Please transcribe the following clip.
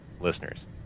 listeners